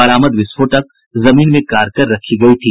बरामद विस्फोटक जमीन में गाड़ कर रखी गयी थी